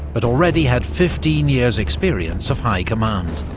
but already had fifteen years' experience of high command.